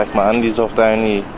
like my undies off, they only